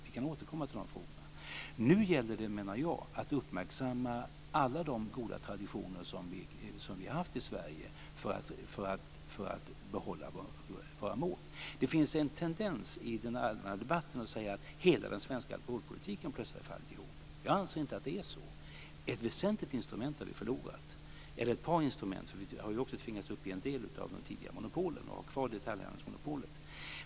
Vi kan återkomma till de frågorna. Nu menar jag att det gäller att uppmärksamma alla de goda traditioner som vi har haft i Sverige för att behålla våra mål. Det finns en tendens i den allmänna debatten att säga att hela den svenska alkoholpolitiken plötsligt har fallit ihop. Jag anser inte att det är så. Ett eller ett par väsentliga instrument har vi förlorat. Vi har ju också tvingats uppge en del av de tidigare monopolen och ha kvar detaljhandelsmonopolet.